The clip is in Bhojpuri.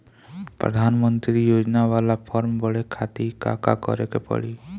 प्रधानमंत्री योजना बाला फर्म बड़े खाति का का करे के पड़ी?